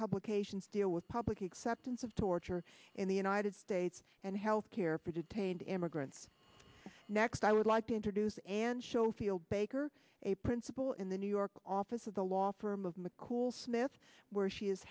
publications deal with public acceptance of torture in the united states and health care for detained immigrants next i would like to introduce and show field baker a principal in the new york office of the law firm of mccool smith where she is